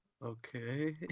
Okay